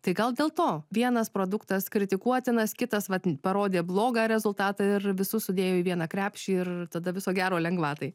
tai gal dėl to vienas produktas kritikuotinas kitas vat parodė blogą rezultatą ir visus sudėjo į vieną krepšį ir tada viso gero lengvatai